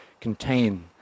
contain